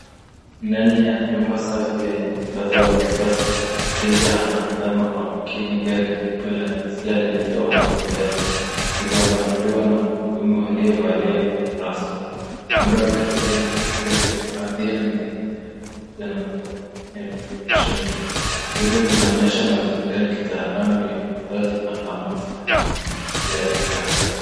Ndani ya jumba safi lenye muundo wa kisasa, mteja anatazama kwa makini gari jeupe la lililo wazi mbele ikifafanuliwa na mhudumu aliye na nembo rasmi. Muundo wake na wa kuhifadhi mizigo mbele pamoja na magari mengine yaliyoonyeshwa nyuma. Yote inaonyesha mazingira ya kitaalamu ya uuzaji na hamasabya teknolojia ya kisasa.